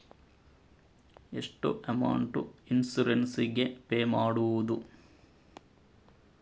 ಎಷ್ಟು amount insurance ಗೇ pay ಮಾಡುವುದು?